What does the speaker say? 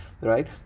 right